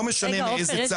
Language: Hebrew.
לא משנה מאיזה צד --- (היו"ר שרן מרים השכל) עופר,